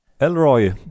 Elroy